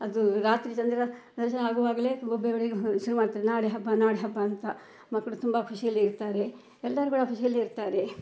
ಅದು ರಾತ್ರಿ ಚಂದ್ರದರ್ಶನ ಆಗುವಾಗಲೇ ಬೊಬ್ಬೆ ಹೊಡಿಲಿಕ್ಕೆ ಶುರು ಮಾಡ್ತಾರೆ ನಾಳೆ ಹಬ್ಬ ನಾಳೆ ಹಬ್ಬ ಅಂತ ಮಕ್ಕಳು ತುಂಬ ಖುಷಿಯಲ್ಲಿ ಇರ್ತಾರೆ ಎಲ್ಲರೂ ಕೂಡ ಖುಷಿಯಲ್ಲಿ ಇರ್ತಾರೆ